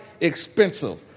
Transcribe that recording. expensive